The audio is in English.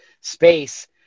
space